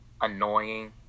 annoying